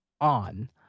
on